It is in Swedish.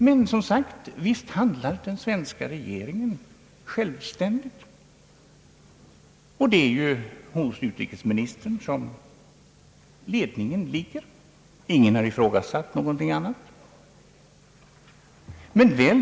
Men, som sagt, visst handlar den svenska regeringen självständigt. Det är hos utrikesministern som ledningen ligger; ingen har ifrågasatt någonting annat.